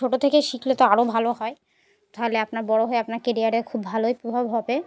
ছোটো থেকেই শিখলে তো আরও ভালো হয় তাহলে আপনার বড়ো হয়ে আপনার কেরিয়ারে খুব ভালোই প্রভাব হবে